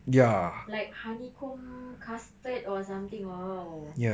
like honeycomb custard or something !wow!